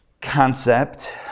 concept